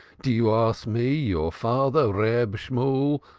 do you ask me, your father, reb shemuel,